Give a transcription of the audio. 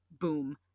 boom